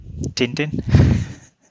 Tintin